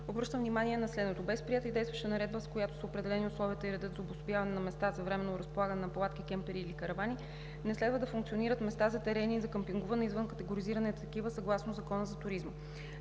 обръщам внимание на следното: без приета и действаща наредба, с която са определени условията и редът за обособяване на места за временно разполагане на палатки, кемпери или каравани, не следва да функционират места за терени и за къмпингуване извън категоризираните такива съгласно Закона за туризма.